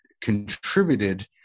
contributed